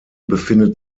befindet